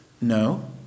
No